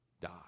die